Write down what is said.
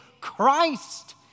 Christ